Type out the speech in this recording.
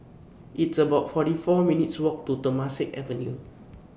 It's about forty four minutes' Walk to Temasek Avenue